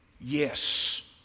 yes